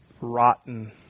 rotten